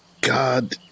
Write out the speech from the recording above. God